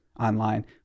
online